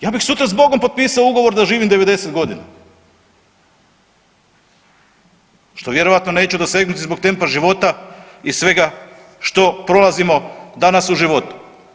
Ja bih sutra s Bogom potpisao ugovor da živim 90 godina što vjerojatno neću dosegnuti zbog tempa života i svega što prolazimo danas u životu.